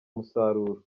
musaruro